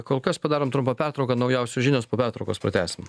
kol kas padarom trumpą pertrauką naujausios žinios po pertraukos pratęsim